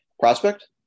Prospect